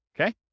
Okay